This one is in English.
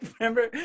remember